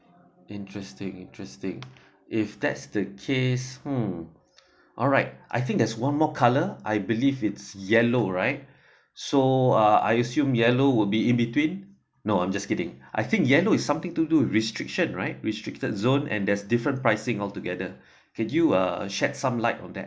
interesting interesting if that's the case hmm alright I think there's one more colour I believe it's yellow right so uh I assume yellow would be in between no I'm just kidding I think yellow is something to do restriction right restricted zone and there's different pricing altogether can you uh shared some light on that